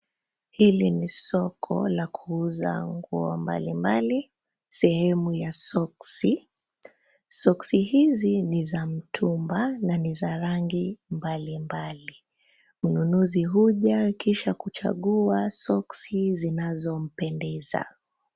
Hili ni soko la kuuza nguo mbalimbali, sehemu ya soksi. Soksi hizi ni za mtumba na ni za rangi mbalimbali. Mnunuzi huja kisha kuchagua soksi zinazompendeza.